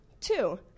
Two